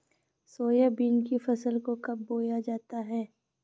Soybean की फसल को कब बोया जाता है?